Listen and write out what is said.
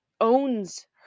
owns